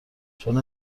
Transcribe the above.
چون